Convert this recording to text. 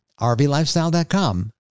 RVlifestyle.com